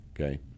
okay